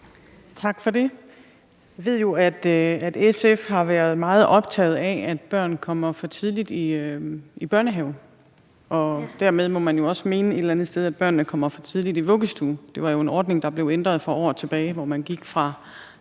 Tak for det. Jeg ved jo, at SF har været meget optaget af, at børn kommer for tidligt i børnehave, og dermed må man også et eller andet sted mene, at børnene kommer for tidligt i vuggestue. Det var jo en ordning, der blev ændret for år tilbage, hvor man gik fra